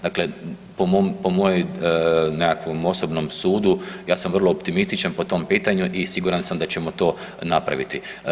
Dakle po mom, po mojoj nekakvom osobnom sudu ja sam vrlo optimističan po tom pitanju i siguran sam da ćemo to napraviti.